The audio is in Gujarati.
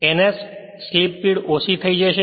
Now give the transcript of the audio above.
ns સ્લિપ થઈ જશે